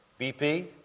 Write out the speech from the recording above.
BP